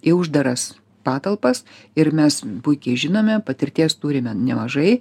į uždaras patalpas ir mes puikiai žinome patirties turime nemažai